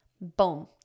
Boom